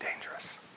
dangerous